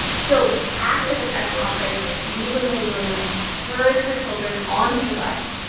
so after the press conference, lela mae williams herds her children onto the bus,